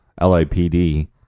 LAPD